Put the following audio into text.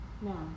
No